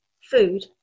food